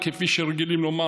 כפי שרגילים לומר,